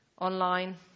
online